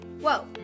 Whoa